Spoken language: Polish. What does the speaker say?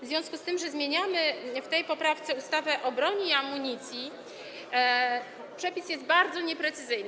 W związku z tym, że zmieniamy w tej poprawce ustawę o broni i amunicji, przepis jest bardzo nieprecyzyjny.